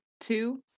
Two